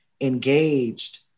engaged